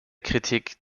kritik